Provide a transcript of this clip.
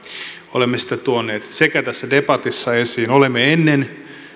olemme sitä tuoneet tässä debatissa esiin olemme ennen